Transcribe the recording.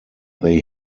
they